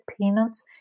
peanuts